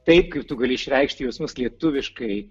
taip kaip tu gali išreikšti jausmus lietuviškai